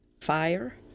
Fire